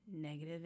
negative